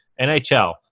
NHL